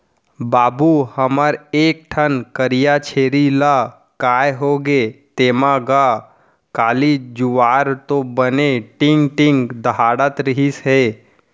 बाबू हमर एक ठन करिया छेरी ला काय होगे तेंमा गा, काली जुवार तो बने टींग टींग दउड़त रिहिस हे